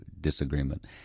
disagreement